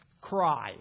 cry